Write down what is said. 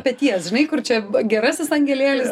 peties žinai kur čia gerasis angelėlis